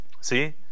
See